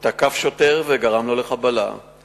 הוא תקף שוטר וגרם לו לחבלה,